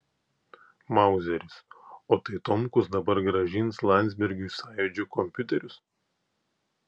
mauzeris o tai tomkus dabar grąžins landsbergiui sąjūdžio kompiuterius